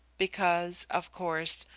because, of course,